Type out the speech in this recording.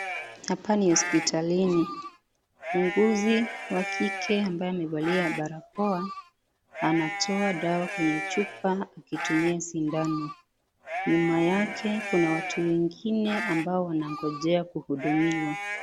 Hapa ni hospitalini. Muuguzi wa kike ambaye amevalia barakoa, anatoa dawa kwenye chupa akitumia sindano. Nyuma yake kuna watu wengine ambao wanangojea kuhudumiwa.